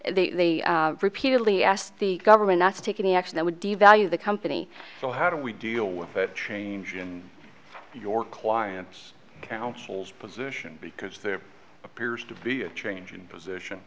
they repeatedly asked the government not to take any action that would devalue the company so how do we deal with that change in your client's counsel's position because there appears to be a change in position